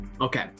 Okay